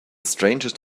strangest